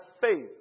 faith